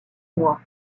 mois